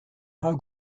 how